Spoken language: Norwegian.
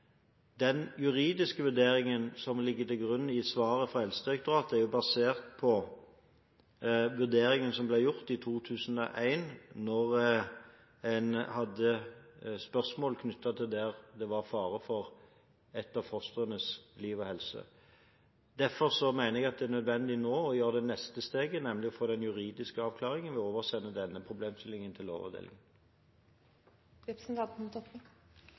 Den juridiske vurderingen som ligger til grunn i svaret fra Helsedirektoratet, er basert på vurderingen som ble gjort i 2001, da en hadde spørsmål knyttet til at det var fare for ett av fostrenes liv og helse. Derfor mener jeg at det nå er nødvendig å gjøre det neste steget, nemlig å få den juridiske avklaringen, ved å oversende denne problemstillingen til